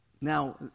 Now